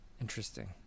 interesting